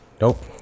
Nope